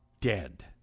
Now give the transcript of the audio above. dead